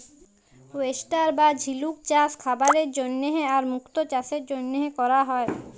oyster বা ঝিলুক চাস খাবারের জন্হে আর মুক্ত চাসের জনহে ক্যরা হ্যয়ে